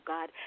God